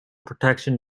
protection